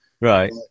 Right